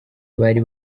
bari